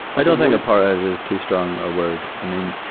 i don't think apartheid is too strong a word. i mean,